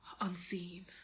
unseen